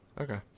Okay